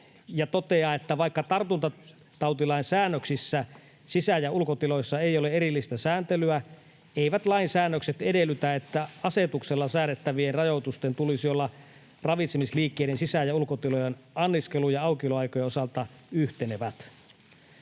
toteaa, että vaikka tartuntatautilain säännöksissä sisä‑ ja ulkotiloissa ei ole erillistä sääntelyä, eivät lain säännökset edellytä, että asetuksella säädettävien rajoitusten tulisi olla ravitsemusliikkeiden sisä‑ ja ulkotilojen anniskelu‑ ja aukioloaikojen osalta yhtenevät.